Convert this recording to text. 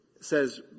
says